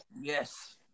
Yes